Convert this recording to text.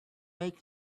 make